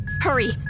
Hurry